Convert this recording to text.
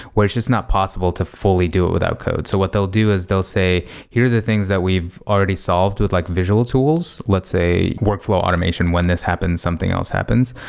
which is not possible to fully do it without code. so what they'll do is they'll say, here are the things that we've already solved with like visual tools, let's say workflow automation, when this happens, something else happens.